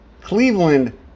Cleveland